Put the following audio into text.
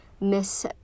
Miss